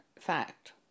fact